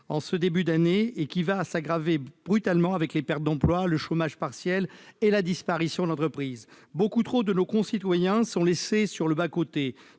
en ce début d'année, et qui va s'aggraver brutalement avec les pertes d'emploi, le chômage partiel et la disparition de l'entreprise. Beaucoup trop de nos concitoyens sont laissés sur le bas-côté